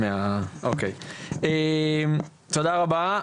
תודה רבה.